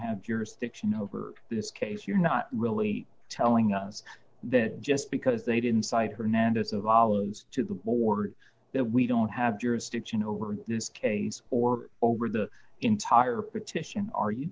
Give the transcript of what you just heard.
have jurisdiction over this case you're not really telling us that just because they didn't cite hernandez of olives to the board that we don't have jurisdiction over this case or over the entire petition are you